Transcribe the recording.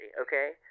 okay